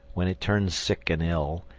when it turns sick and ill,